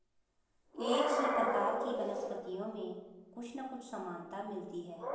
एक ही प्रकार की वनस्पतियों में कुछ ना कुछ समानता मिलती है